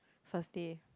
first day